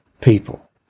People